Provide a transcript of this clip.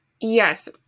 Yes